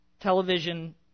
television